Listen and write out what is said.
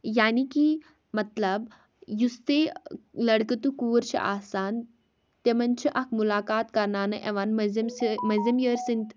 یعنے کہِ مطلب یُس تہِ لٔڑکہٕ تہٕ کوٗر چھِ آسان تِمَن چھِ اَکھ مُلاقات کَرناونہٕ یِوان مٔنٛزِم سٔہ مٔنٛزِم یٲرۍ سٕنٛدۍ